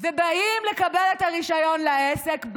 והם באים לקבל את הרישיון לעסק,